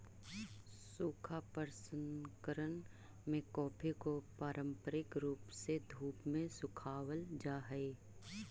सूखा प्रसंकरण में कॉफी को पारंपरिक रूप से धूप में सुखावाल जा हई